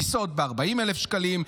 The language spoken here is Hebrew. טיסות ב-40,000 שקלים,